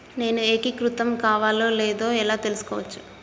నేను ఏకీకృతం కావాలో లేదో ఎలా తెలుసుకోవచ్చు?